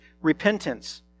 repentance